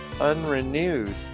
unrenewed